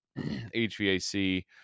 HVAC